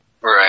right